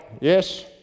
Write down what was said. yes